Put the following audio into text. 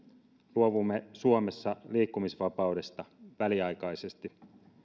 luovumme suomessa liikkumisvapaudesta väliaikaisesti